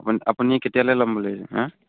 আপুনি আপুনি কেতিয়ালৈ ল'ম বুলি ভাবিছে হে